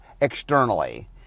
externally